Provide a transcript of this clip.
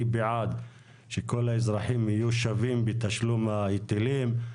אני בעד שכל האזרחים יהיו שווים בתשלום ההיטלים,